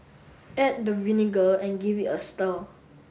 add the vinegar and give it a stir